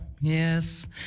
Yes